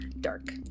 Dark